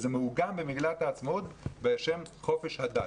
זה מעוגן במגילת העצמאות בשם חופש הדת.